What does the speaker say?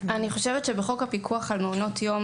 אני חושבת שיש נגיעה בדבר הזה בחוק הפיקוח על מעונות יום,